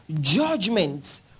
judgments